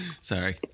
Sorry